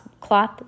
cloth